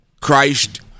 christ